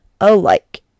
alike